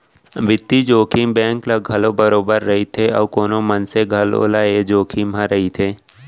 बित्तीय जोखिम बेंक ल घलौ बरोबर रइथे अउ कोनो मनसे घलौ ल ए जोखिम ह रइथे